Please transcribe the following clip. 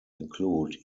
include